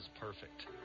perfect